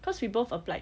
cause we both applied